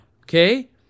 Okay